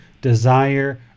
desire